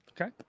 Okay